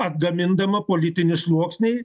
atgamindama politinį sluoksnį